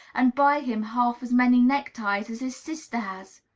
and buy him half as many neckties as his sister has?